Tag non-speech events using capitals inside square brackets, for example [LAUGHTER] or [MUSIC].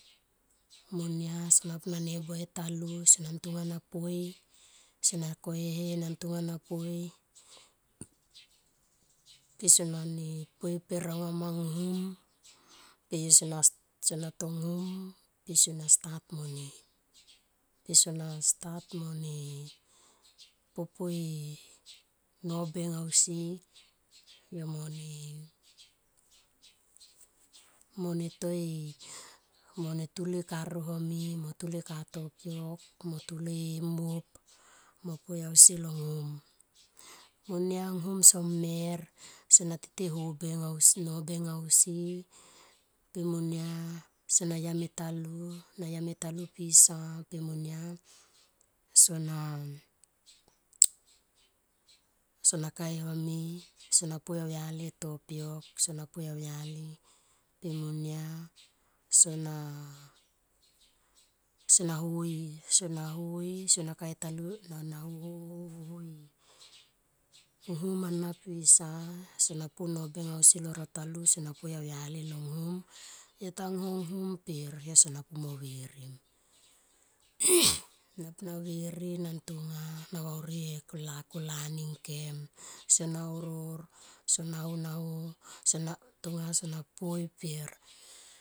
Monia sona pu na nebua e talu sonan tonga na poi so na koehe sonan tonga na poi persona po e per anga manghum per sonan tonghum per sona start mone pe sona start mone po po e nobeng ausi yo mone mone toe mome tule e karun home tulo e ka tapiok motulo e muop mone poe ausi lo nghum. Monia nghum somer so na tete hobeng nobeng ausi pe monia sona yam e talu sona yam e talu pisa pe monia sona kae home sona poi auyali sona kae e tapiok sona poi auyali pe monia sona hoi, sona hoi na hohoi nghum ana pisa sona pa nobeng ausi lo ra talu sona poe auyali lo nghum yo tamlo nghum per sona mo virim [NOISE] napu na viri na tonga na vauri e lakulani ngkem so na urur sona ho na ho sona tonga sona poe per.